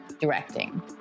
directing